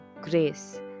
grace